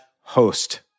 host